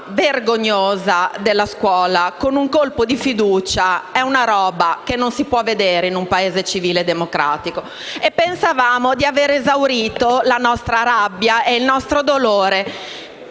vergognosa riforma della scuola con un colpo di fiducia non si può vedere in un Paese civile e democratico. Pensavamo di avere esaurito la nostra rabbia e il nostro dolore